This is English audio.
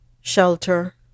shelter